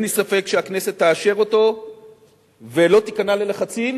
אין לי ספק שהכנסת תאשר אותו ולא תיכנע ללחצים